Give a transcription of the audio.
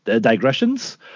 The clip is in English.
digressions